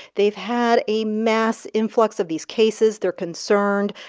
they've had a mass influx of these cases. they're concerned.